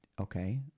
okay